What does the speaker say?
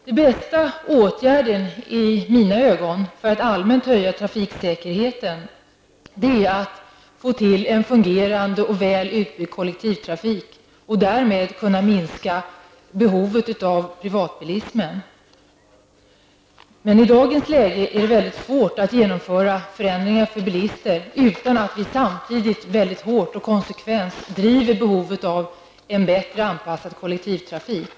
Den i mina ögon bästa åtgärden för att allmänt höja trafiksäkerheten är att få till stånd en fungerande och väl utbyggd kollektivtrafik för att därmed minska behovet av privatbilismen. I dagens läge är det mycket svårt att genomföra förändringar för bilister utan att samtidigt hårt och konsekvent driva kravet på en bättre anpassad kollektivtrafik.